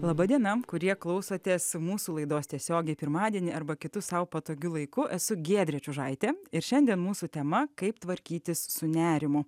laba diena kurie klausotės mūsų laidos tiesiogiai pirmadienį arba kitus sau patogiu laiku esu giedrė čiužaitė ir šiandien mūsų tema kaip tvarkytis su nerimu